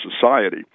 society